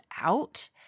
out